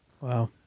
wow